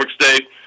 State